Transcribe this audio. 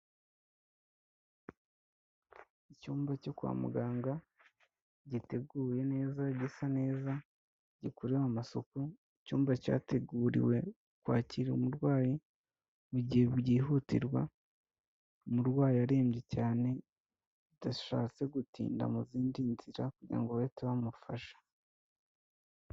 Icyumba cyo kwa muganga, giteguwe neza, gisa neza, gikorewe amasuku, icyumba cyateguriwe kwakira umurwayi, mu gihe byihutirwa, umurwayi arembye cyane, bidashatse gutinda mu zindi nzira, kugira ngo bahite bamufasha.